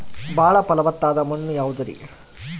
ಬಾಳ ಫಲವತ್ತಾದ ಮಣ್ಣು ಯಾವುದರಿ?